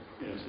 yes